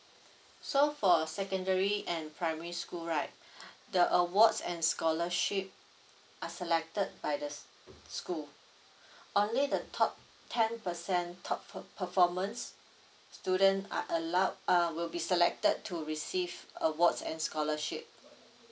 so for secondary and primary school right the awards and scholarship are selected by the school only the top ten percent top performance student are allowed uh will be selected to receive awards and scholarship